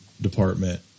department